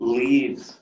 leaves